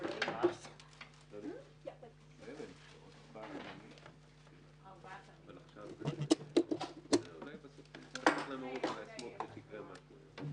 מאוד מקווה שישכילו לנצל את התקופה שמגיעה ולבנות פתרון אמיתי.